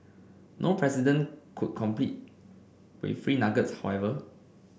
no president could compete with free nuggets however